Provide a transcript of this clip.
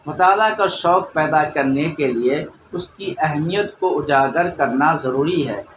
مطالعہ کا شوق پیدا کرنے کے لیے اس کی اہمیت کو اجاگر کرنا ضروری ہے